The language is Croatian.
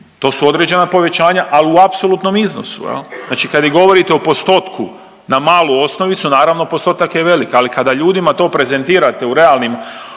To su određena povećanja ali u apsolutnom iznosu jel. Znači kad vi govorite o postotku na malu osnovicu naravno postotak je velik, ali kada ljudima to prezentirate u realnim